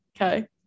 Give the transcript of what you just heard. Okay